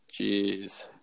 Jeez